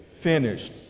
finished